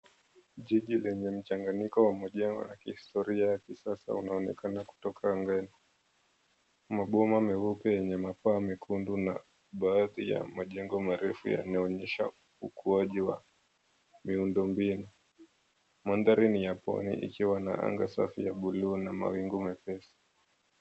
Jiji lenye mchanganyiko wa mjengo ya kihistoria ya kisasa unaonekana kutoka angani. Maboma meupe yenye mapaa mekundu na baadhi ya majengo marefu yanaonyesha ukuaji wa miundo mbinu. Mandhari ni ya pwani ikiwa na anga safi ya buluu na mawingu mepesi.